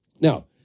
Now